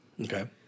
Okay